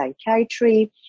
psychiatry